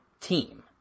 team